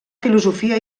filosofia